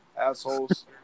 assholes